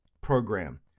program